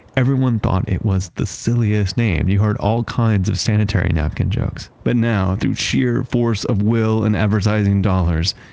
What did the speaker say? everyone thought it was the silliest name you've heard all kinds of sanitary napkin jokes. but now through sheer force of will and advertising dollars,